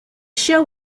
show